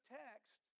text